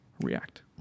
react